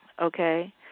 okay